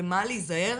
במה להיזהר,